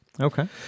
Okay